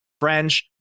French